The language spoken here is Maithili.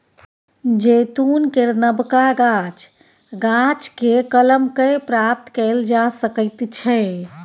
जैतून केर नबका गाछ, गाछकेँ कलम कए प्राप्त कएल जा सकैत छै